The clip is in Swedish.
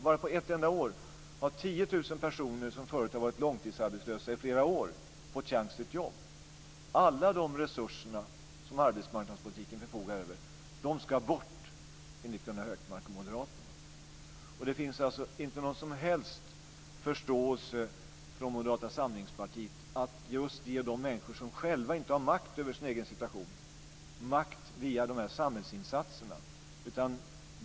Bara på ett enda år har 10 000 personer som förut har varit långtidsarbetslösa i flera år fått chans till ett jobb. Alla de resurser som arbetsmarknadspolitiken förfogar över ska bort, enligt Gunnar Hökmark och Moderaterna. Det finns inte någon som helst förståelse från Moderata samlingspartiet för att ge just de människor som själva inte har makt över sin egen situation makt via de här samhällsinsatserna.